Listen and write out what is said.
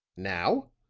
now?